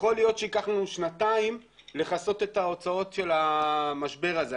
יכול להיות שייקח לנו שנתיים לכסות את ההוצאות של המשבר הזה.